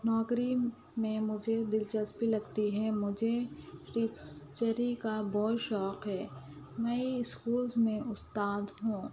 نوکری میں مجھے دلچسپی لگتی ہے مجھے ٹیکسچری کا بہت شوق ہے میں اسکولس میں استاد ہوں